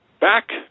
back